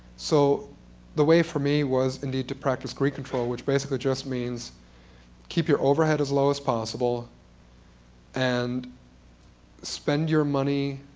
so the way for me was, indeed, to practice greed control, which basically just means keep your overhead as low as possible and spend your money,